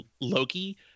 Loki